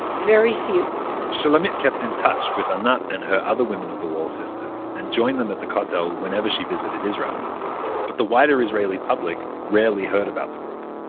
very few shulamit kept in touch with anat and her other women of the wall sisters, and joined them at the kotel whenever she visited israel but the wider israeli public rarely heard about the group